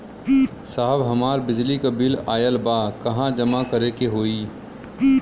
साहब हमार बिजली क बिल ऑयल बा कहाँ जमा करेके होइ?